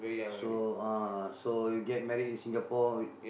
so uh so you get married in Singapore with